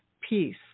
peace